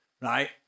Right